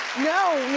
no,